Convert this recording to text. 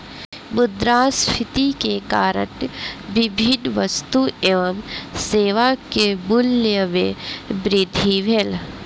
मुद्रास्फीति के कारण विभिन्न वस्तु एवं सेवा के मूल्य में वृद्धि भेल